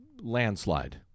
landslide